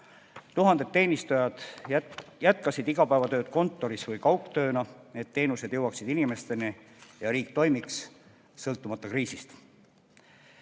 Tuhanded teenistujad jätkasid igapäevatööd kontoris või kaugtööna, et teenused jõuaksid inimesteni ja riik toimiks sõltumata